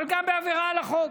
אבל גם עבירה על החוק,